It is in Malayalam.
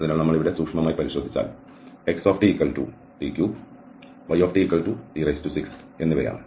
അതിനാൽ നമ്മൾ ഇവിടെ സൂക്ഷ്മമായി പരിശോധിച്ചാൽxtt3 ytt6 എന്നിവയാണ്